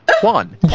One